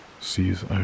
sees